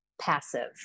passive